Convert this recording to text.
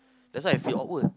that's why I feel awkward